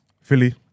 Philly